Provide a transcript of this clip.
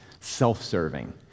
self-serving